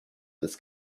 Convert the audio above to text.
this